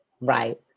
Right